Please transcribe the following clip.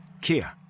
Kia